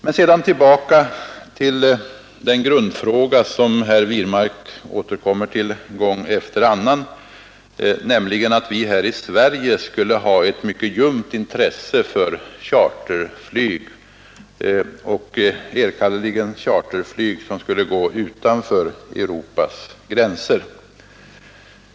Men nu tillbaka till den grundfråga, som herr Wirmark återkommer till gång efter annan, nämligen att vi här i Sverige skulle ha ett mycket ljumt intresse för charterflyg och enkannerligen charterflyg till resmål utanför Europas gränser.